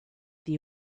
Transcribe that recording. this